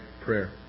prayer